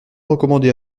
recommander